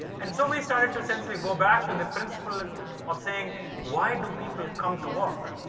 and so we started to essentially go back to the principle of saying why do people come to work?